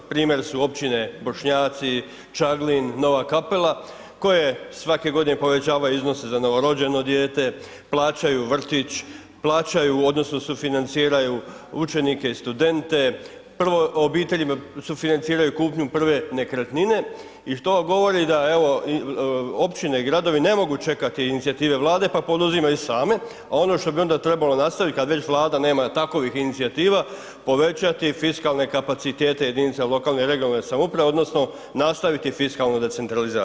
Primjer su općine Bošnjaci, Čaglin, Nova Kapela koje svake godine povećavaju iznose za novorođeno dijete, plaćaju vrtić, plaćaju odnosno sufinanciraju učenike i studente, prvo obiteljima sufinanciraju kupnju prve nekretnine i što vam govori da evo općine i gradovi ne mogu čekati inicijative Vlade, pa poduzimaju same, a ono što bi onda trebalo nastavit kad već Vlada nema takovih inicijativa, povećati fiskalne kapacitete jedinicama lokalne i regionalne samouprave odnosno nastaviti fiskalnu decentralizaciju.